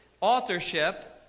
authorship